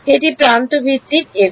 এটি প্রান্ত ভিত্তিক FEM